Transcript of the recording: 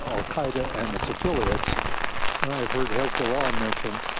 al-qaeda and its affiliates, and i've heard hezbollah mentioned,